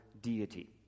deity